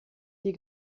die